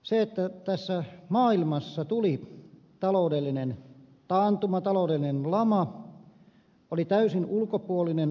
se että tässä maailmassa tuli taloudellinen taantuma taloudellinen lama oli täysin ulkopuolinen asia